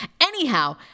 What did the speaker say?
anyhow